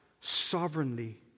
sovereignly